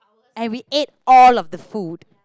and we ate all of the food